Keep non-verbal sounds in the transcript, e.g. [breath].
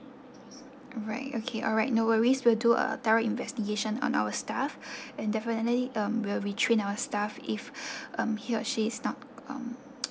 right okay alright no worries will do a thorough investigation on our staff [breath] and definitely um we'll retrain our staff if [breath] um he or she is not um [noise]